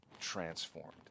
transformed